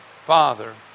Father